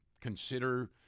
consider